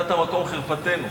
מצאת מקום חרפתנו.